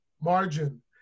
margin